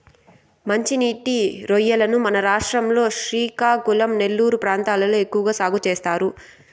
మంచి నీటి రొయ్యలను మన రాష్ట్రం లో శ్రీకాకుళం, నెల్లూరు ప్రాంతాలలో ఎక్కువ సాగు చేస్తారు